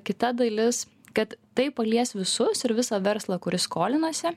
kita dalis kad tai palies visus ir visą verslą kuris skolinasi